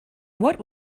what